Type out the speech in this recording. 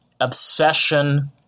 obsession